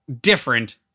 different